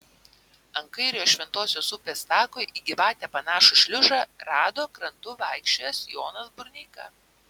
ant kairiojo šventosios upės tako į gyvatę panašų šliužą rado krantu vaikščiojęs jonas burneika